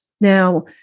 Now